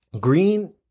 Green